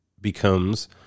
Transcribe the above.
becomes